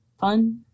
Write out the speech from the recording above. fun